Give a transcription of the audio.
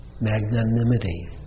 Magnanimity